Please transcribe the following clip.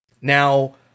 Now